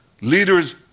leaders